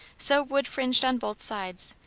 so wood-fringed on both sides,